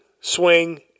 swing